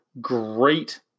great